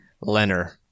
Leonard